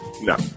No